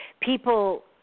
People